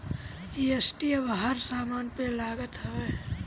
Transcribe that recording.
GST अब हर समान पे लागत हवे